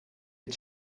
dit